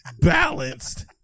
Balanced